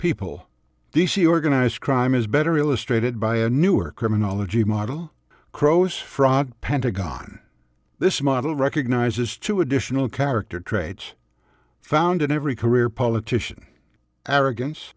she organized crime is better illustrated by a newer criminology model crowe's frog pentagon this model recognizes two additional character traits found in every career politician arrogance